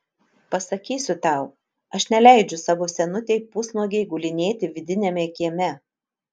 pasakysiu tau aš neleidžiu savo senutei pusnuogei gulinėti vidiniame kieme